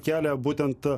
kelią būtent